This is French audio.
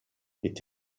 est